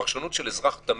ופרשנות של אזרח תמים,